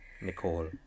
Nicole